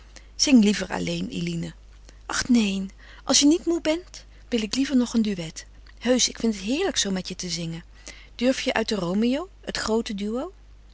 zing liever alleen eline ach neen als je niet moê bent wil ik liever nog een duet heusch ik vind het heerlijk zoo met je te zingen durf je uit de roméo het groote duo